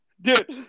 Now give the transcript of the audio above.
Dude